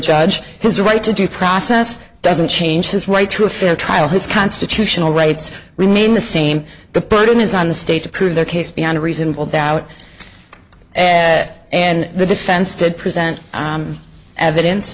judge his right to due process doesn't change his right to a fair trial his constitutional rights remain the same the burden is on the state to prove their case beyond a reasonable doubt and the defense did present evidence